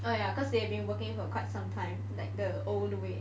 ah ya cause they have been working for quite some time like the own way